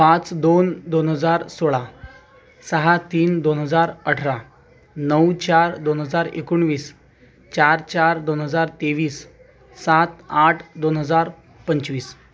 पाच दोन दोन हजार सोळा सहा तीन दोन हजार अठरा नऊ चार दोन हजार एकोणवीस चार चार दोन हजार तेवीस सात आठ दोन हजार पंचवीस